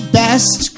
best